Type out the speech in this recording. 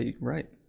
right